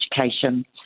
Education